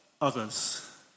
Others